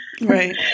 Right